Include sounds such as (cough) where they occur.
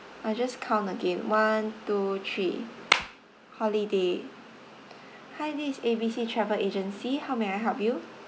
I'll just count again one two three (noise) holiday (breath) hi this is A B C travel agency how may I help you